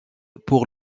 pour